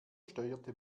steuerte